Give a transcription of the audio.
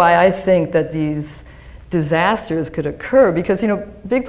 i think that these disasters could occur because you know big